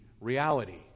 reality